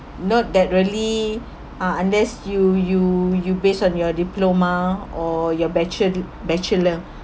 not that really uh unless you you you based on your diploma or your bachelor bachelor